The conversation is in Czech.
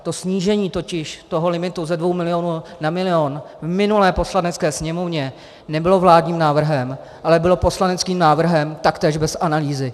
To snížení limitu ze dvou miliónů na milión v minulé Poslanecké sněmovně nebylo vládním návrhem, ale bylo poslaneckým návrhem taktéž bez analýzy.